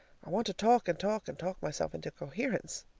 i want to talk and talk and talk myself into coherence.